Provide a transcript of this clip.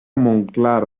montclar